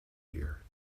year